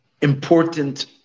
important